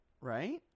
Right